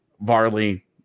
Varley